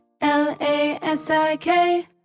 L-A-S-I-K